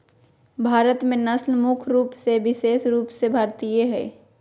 भारत में नस्ल मुख्य रूप से विशेष रूप से भारतीय हइ